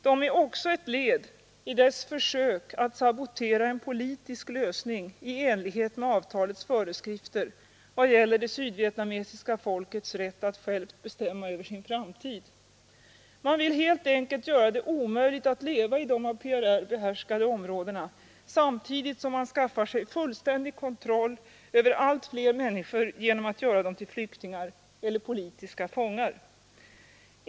De är också ett led i dess försök att sabotera en politisk lösning i enlighet med avtalets föreskrifter i vad gäller det sydvietnameiska folkets rätt att självt bestämma över sin framtid. Man vill helt enkelt göra det omöjligt att leva i de av PRR behärskade områdena samtidigt som man skaffar sig fullständig kontroll över allt fler människor genom att göra dem till flyktingar eller politiska fångar.